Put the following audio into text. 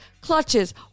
clutches